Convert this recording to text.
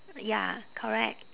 ya correct